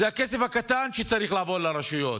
זה הכסף הקטן שצריך לעבור לרשויות.